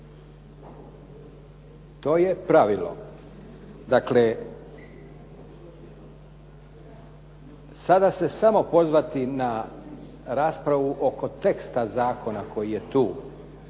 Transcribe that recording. To je pravilo. Dakle, sada se samo pozvati na raspravu oko teksta zakona koji je tu,